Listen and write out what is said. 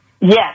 Yes